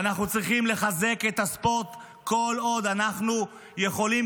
אנחנו צריכים לחזק את הספורט כל עוד אנחנו יכולים